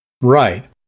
Right